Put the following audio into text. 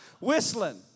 whistling